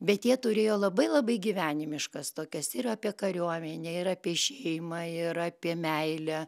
bet jie turėjo labai labai gyvenimiškas tokias ir apie kariuomenę ir apie šeimą ir apie meilę